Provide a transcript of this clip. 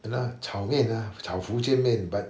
and uh 炒面 uh 炒福建面 but